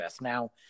Now